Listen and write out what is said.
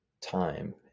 time